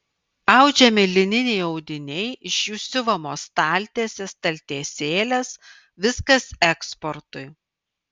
audžiami lininiai audiniai iš jų siuvamos staltiesės staltiesėlės viskas eksportui